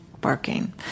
barking